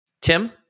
Tim